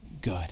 good